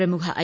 പ്രമുഖ ഐ